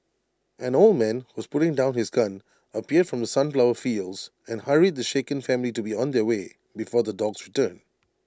an old man who was putting down his gun appeared from the sunflower fields and hurried the shaken family to be on their way before the dogs return